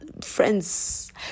friends